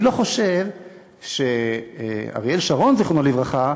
אני לא חושב שאריאל שרון, זיכרונו לברכה,